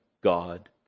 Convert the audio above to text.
God